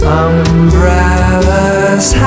umbrellas